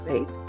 Right